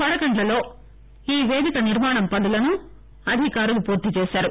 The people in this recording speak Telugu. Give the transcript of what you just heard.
కొండగండ్లలో ఈ పేదిక నిర్మాణ పనులను అధికారులు పూర్తి చేశారు